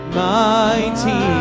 mighty